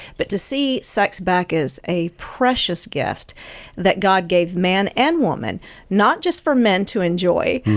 but to see sex back as a precious gift that god gave man and woman not just for men to enjoy,